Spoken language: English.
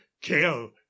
kill